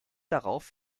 darauf